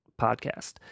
podcast